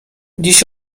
dziś